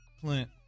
Clint